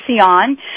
on